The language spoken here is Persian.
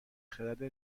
خرد